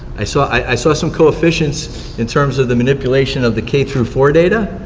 i saw i saw some coefficients in terms of the manipulation of the k through four data,